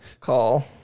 call